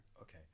okay